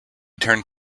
turned